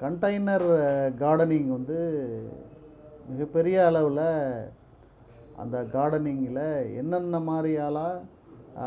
container gardening வந்து மிக பெரிய அளவில் அந்த கார்டனிங்ல என்னென்ன மாரியாலாம்